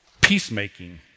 peacemaking